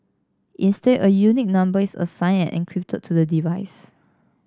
instead a unique number is assigned and encrypted to the device